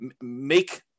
make